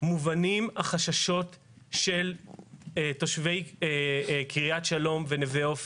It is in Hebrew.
מובנים החששות של תושבי קרית שלום ונווה עופר.